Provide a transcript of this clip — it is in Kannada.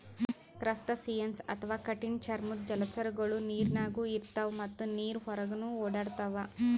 ಕ್ರಸ್ಟಸಿಯನ್ಸ್ ಅಥವಾ ಕಠಿಣ್ ಚರ್ಮದ್ದ್ ಜಲಚರಗೊಳು ನೀರಿನಾಗ್ನು ಇರ್ತವ್ ಮತ್ತ್ ನೀರ್ ಹೊರಗನ್ನು ಓಡಾಡ್ತವಾ